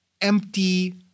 empty